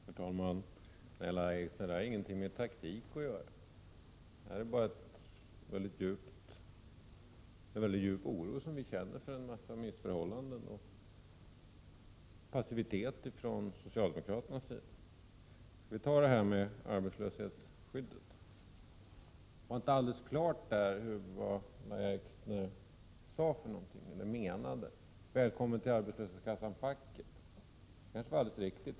Herr talman! Nej, Lahja Exner, detta har ingenting med taktik att göra. Det handlar om en djup oro som vi känner inför en massa missförhållanden och passivitet från socialdemokraternas sida. Låt mig ta upp detta med arbetslöshetsskyddet. Det var inte helt klart vad Lahja Exner menade när hon sade: Välkommen till arbetslöshetskassan — facket. Det kanske var helt riktigt.